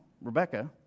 Rebecca